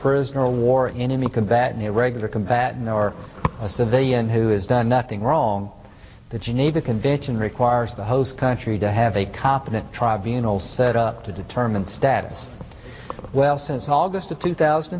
prisoner of war in any combat an irregular combatant or a civilian who is done nothing wrong the geneva convention requires the host country to have a competent tribunal set up to determine status well since august of two thousand